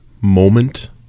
moment